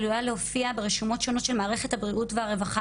עלולה להופיע ברשומות שונות של מערכת הבריאות והרווחה